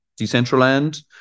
decentraland